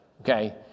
Okay